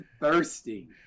thirsty